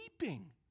weeping